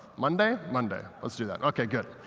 monday? monday. let's do that. ok, good.